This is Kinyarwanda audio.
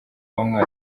bamwe